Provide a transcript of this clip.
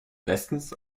westens